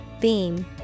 Beam